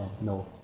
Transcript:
no